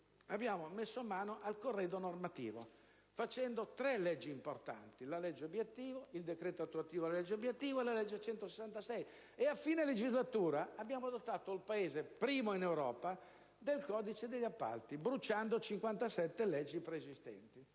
abbiamo intrapreso il corredo normativo, realizzando tre leggi importanti: la legge obiettivo, il decreto attuativo della legge obiettivo e la legge n. 166 del 2002. E a fine legislatura abbiamo dotato il Paese, primo in Europa, del codice degli appalti, bruciando 57 leggi preesistenti.